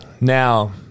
Now